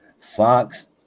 Fox